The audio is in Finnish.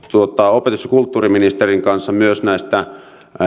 opetus ja kulttuuriministerien kanssa myös näistä